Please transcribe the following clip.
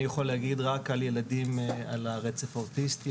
אני יכול להגיד רק על ילדים על הרצף האוטיסטי,